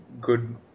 good